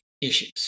issues